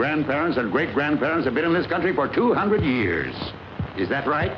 grandparents and great grandparents have been in this country for two hundred years is that